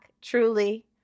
truly